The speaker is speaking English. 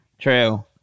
True